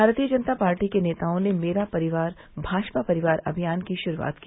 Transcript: भारतीय जनता पार्टी के नेताओं ने मेरा परिवार अभियान की शुरूआत की